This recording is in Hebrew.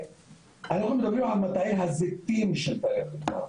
אנחנו מדברים על מטעי הזיתים של דאלית אל כרמל,